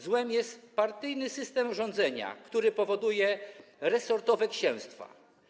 Złem jest partyjny system rządzenia, który powoduje resortowe księstwa.